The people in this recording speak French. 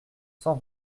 cent